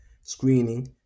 screening